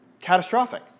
catastrophic